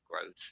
growth